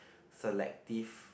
selective